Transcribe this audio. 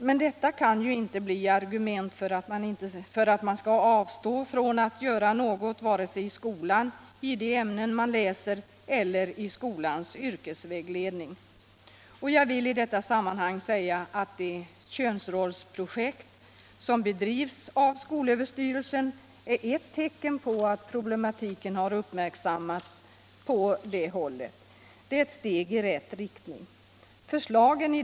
Men detta kan ju inte få bli argument för att man skall avstå från att göra någonting beträffande de ämnen som läses i skolan eller i skolans yrkesvägledning. Jag vill i detta sammanhang säga att det könsrollsprojekt som bedrivs av skolöverstyrelsen är ett tecken på att problematiken har uppmärksammats på det hållet. Det är ett steg i rätt riktning.